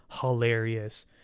Hilarious